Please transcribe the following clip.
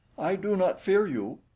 i do not fear you,